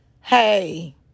hey